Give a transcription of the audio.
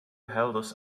helders